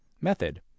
Method